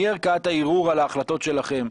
מי ערכאת הערעור על החלטות שלכם?